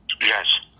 Yes